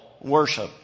worship